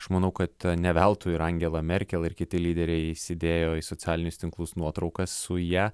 aš manau kad ne veltui ir angela merkel ir kiti lyderiai įsidėjo į socialinius tinklus nuotraukas su ja